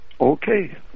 Okay